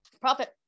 Profit